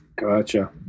Gotcha